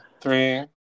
three